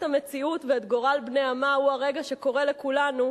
המציאות ואת גורל בני עמה הוא הרגע שקורא לכולנו